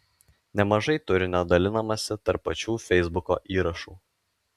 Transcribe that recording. nemažai turinio dalinamasi tarp pačių feisbuko įrašų